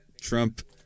Trump